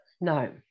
No